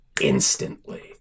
instantly